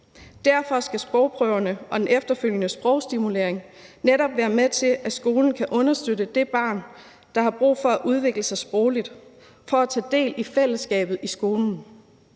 Derfor skal sprogprøverne og den efterfølgende sprogstimulering netop medvirke til, at skolen kan understøtte det barn, der har brug for at udvikle sig sprogligt for at kunne tage del i fællesskabet i skolen.